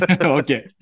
okay